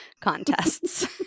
contests